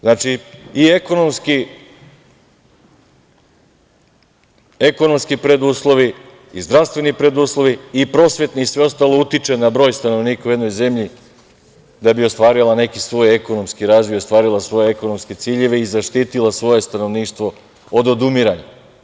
Znači, i ekonomski preduslovi i zdravstveni preduslovi i prosvetni i sve ostalo utiče a broj stanovnika u jednoj zemlji da bi ostvarila neki svoj ekonomski razvoj i ostvarila svoje ekonomske ciljeve i zaštitila svoje stanovništvo od odumiranja.